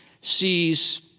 sees